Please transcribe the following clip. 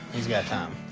he's got time.